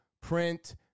print